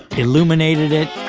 illuminated it,